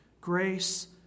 Grace